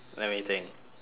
let me think